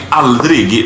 aldrig